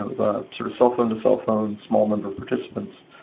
ah sort of cellphone to cellphone, small number of participants,